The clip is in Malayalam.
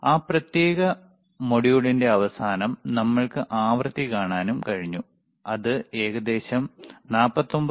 ആ പ്രത്യേക മൊഡ്യൂളിന്റെ അവസാനം നമ്മൾക്ക് ആവൃത്തി കാണാനും കഴിഞ്ഞു അത് ഏകദേശം 49